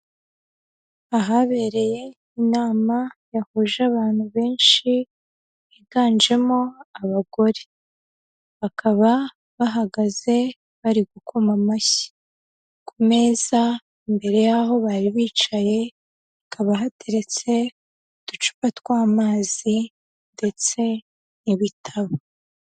Ahabereye inama yahuje abantu benshi higanjemo abagore bakaba bahagaze bari gukoma amashyi, ku meza imbere yaho bari bicaye hakaba hateretse uducupa tw'amazi ndetse n'ibitabo.